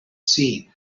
seen